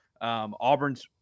Auburn's